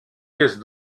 caisse